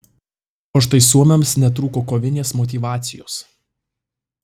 o štai suomiams netrūko kovinės motyvacijos